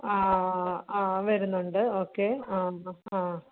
ആ ആ ആ വരുന്നുണ്ട് ഓക്കേ ആ ആ ആ